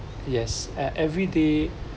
yes at every everyday